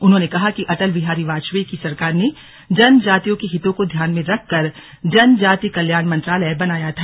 उन्होंने कहा कि अटल बिहारी वाजपेयी की सरकार ने जनजातियों के हिर्तो को ध्यान में रखकर जनजाति कल्याण मंत्रालय बनाया था